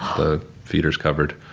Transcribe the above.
the feeders covered.